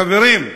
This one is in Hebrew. חברים,